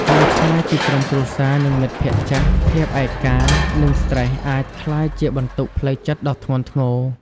នៅឆ្ងាយពីក្រុមគ្រួសារ និងមិត្តភក្តិចាស់ ភាពឯកា និងស្ត្រេសអាចក្លាយជាបន្ទុកផ្លូវចិត្តដ៏ធ្ងន់ធ្ងរ ។